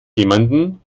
jemanden